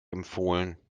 empfohlen